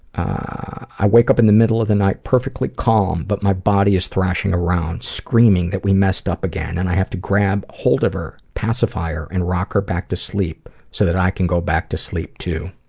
i wake up in the middle of the night perfectly calm, but my body is thrashing around, screaming that we messed up again, and i have to grab hold of her, pacify her, and rock her back to sleep, so that i can go back to sleep too.